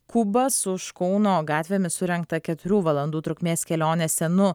kubas už kauno gatvėmis surengtą keturių valandų trukmės kelionę senu